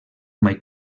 mai